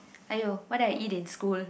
!aiyo! what I eat in school